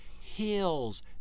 Hills